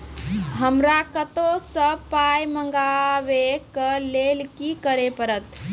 हमरा कतौ सअ पाय मंगावै कऽ लेल की करे पड़त?